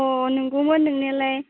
औ नोंगौमोन नोंनायालाय